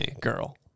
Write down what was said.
girl